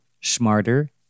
smarter